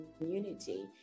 community